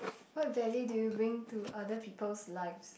what value do you bring to other people's lives